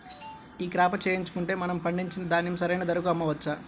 ఈ క్రాప చేయించుకుంటే మనము పండించిన ధాన్యం సరైన ధరకు అమ్మవచ్చా?